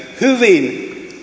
hyvin